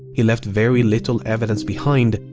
he left very little evidence behind.